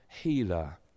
healer